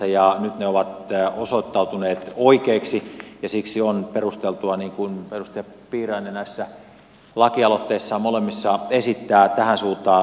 nyt ne ovat osoittautuneet oikeiksi ja siksi on perusteltua niin kuin edustaja piirainen näissä molemmissa lakialoitteissaan esittää tähän suuntaan edetä